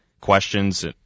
questions